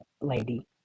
lady